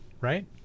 right